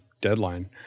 deadline